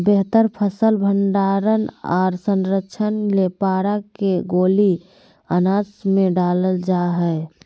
बेहतर फसल भंडारण आर संरक्षण ले पारा के गोली अनाज मे डालल जा हय